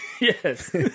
Yes